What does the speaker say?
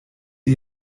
ihr